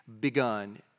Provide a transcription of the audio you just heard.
begun